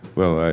well,